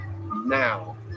now